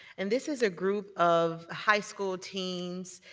and this is a group of high school teens,